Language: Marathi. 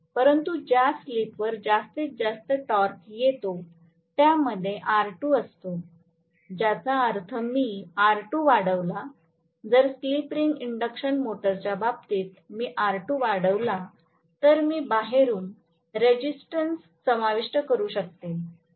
परंतु ज्या स्लिपवर जास्तीत जास्त टॉर्क येतो त्यामध्ये R2 असतो ज्याचा अर्थ मी R2 वाढवला जर स्लिप रिंग इंडक्शन मोटरच्या बाबतीत मी R2 वाढवला तर मी बाहेरून रेसिस्टेन्स समाविष्ट करू शकते